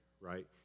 right